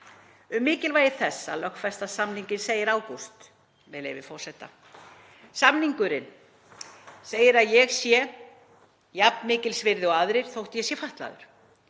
Um mikilvægi þess að lögfesta samninginn segir Ágúst: „[Samningurinn] segir að ég sé jafn mikils virði og aðrir þótt ég sé fatlaður.